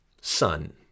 Sun